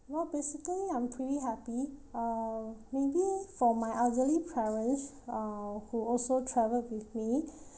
well basically I'm pretty happy uh maybe for my elderly parents uh who also travelled with me